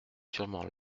sûrement